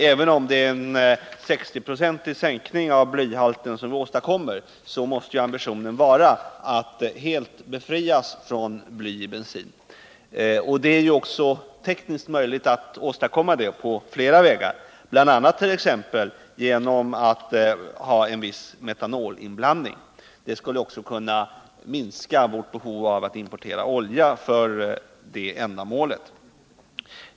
Även om vi åstadkommer en 60-procentig sänkning av blyhalten, måste ambitionen vara att helt rena bensinen från bly. På flera vägar kan detta också åstadkommas tekniskt, bl.a. genom en viss inblandning av metanol. Det skulle också kunna minska vårt behov av att importera olja för det här ändamålet.